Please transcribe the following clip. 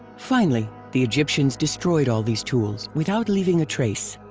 finally, the egyptians destroyed all these tools without leaving a trace.